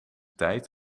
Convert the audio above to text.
tijd